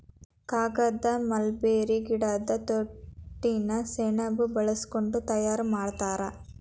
ಕಾಗದಾನ ಮಲ್ಬೇರಿ ಗಿಡದ ತೊಗಟಿ ಸೆಣಬ ಬಳಸಕೊಂಡ ತಯಾರ ಮಾಡ್ತಾರ